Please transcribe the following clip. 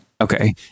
Okay